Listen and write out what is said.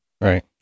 Right